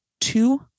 two